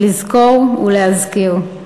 היא לזכור ולהזכיר.